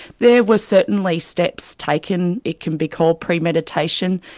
there were certainly steps taken it can be called premeditation,